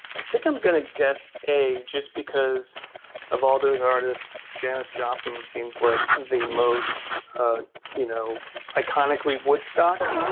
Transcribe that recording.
i think i'm going to guess a just because of all those artists janis joplin and seems like the most you know iconic early woodstock.